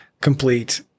complete